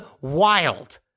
wild